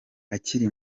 akiri